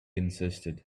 insisted